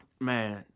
man